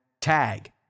tag